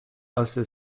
also